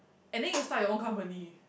and then you start your own company